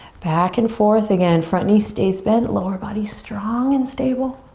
back and forth, again front knee stays bent, lower body strong and stable.